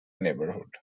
neighborhood